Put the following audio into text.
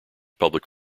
public